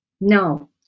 no